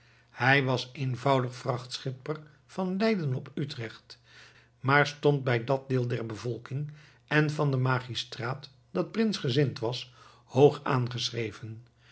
hij was eenvoudig vrachtschipper van leiden op utrecht maar stond bij dat deel der bevolking en van den magistraat dat prinsgezind was hoog aangeschreven